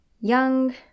young